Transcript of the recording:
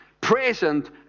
present